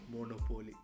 Monopoly